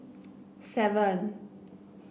seven